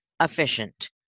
efficient